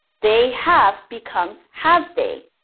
they have become have they.